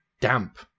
damp